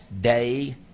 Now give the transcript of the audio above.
day